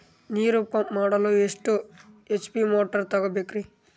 ನೀರು ಪಂಪ್ ಮಾಡಲು ಎಷ್ಟು ಎಚ್.ಪಿ ಮೋಟಾರ್ ತಗೊಬೇಕ್ರಿ?